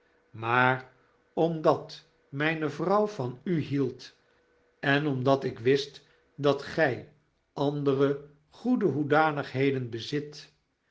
maar omdat myne vrouw van u hielden omdat ik wist dat gy andere goede hoedanigheden bezit